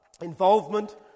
involvement